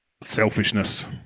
selfishness